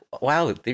Wow